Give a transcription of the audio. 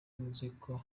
nziko